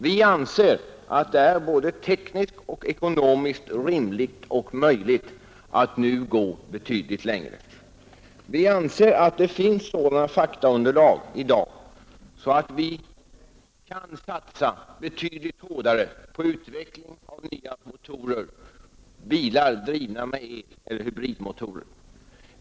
Vi anser att det är både tekniskt och ekonomiskt rimligt och möjligt att nu gå betydligt längre. Vi anser att det i dag finns ett sådant faktaunderlag att vi kan satsa betydligt hårdare på utveckling av nya bilmotorer, nämligen eloch hybridmotorer.